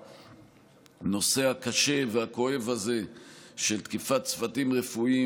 בנושא הקשה והכואב הזה של תקיפת צוותים רפואיים,